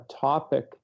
topic